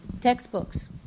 textbooks